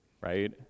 right